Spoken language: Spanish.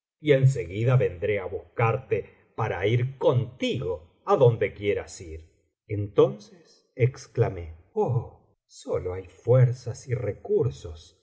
y en seguida vendré á buscarte para ir contigo adonde quieras ir entonces exclamé oh sólo hay fuerzas y recursos